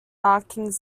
marking